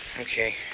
Okay